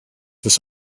this